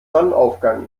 sonnenaufgang